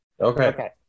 Okay